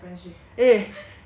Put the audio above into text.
eh no